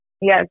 Yes